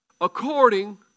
according